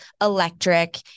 electric